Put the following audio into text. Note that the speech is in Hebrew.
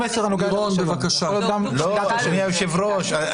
--- אדוני היושב-ראש,